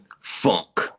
funk